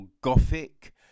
Gothic